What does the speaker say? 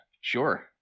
Sure